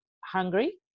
hungry